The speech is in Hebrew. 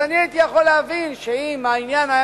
אז אני הייתי יכול להבין אם העניין היה